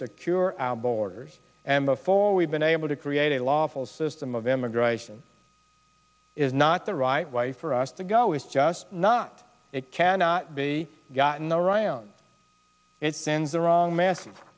secure our borders and before we've been able to create a lawful system of immigration is not the right way for us to go is just not it cannot be gotten around it sends the wrong mess